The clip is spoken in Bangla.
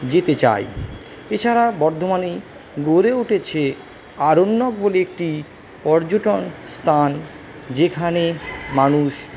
যেতে চায় এছাড়া বর্ধমানে গড়ে উঠেছে আরণ্যক বলে একটি পর্যটন স্থান যেখানে মানুষ